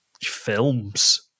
Films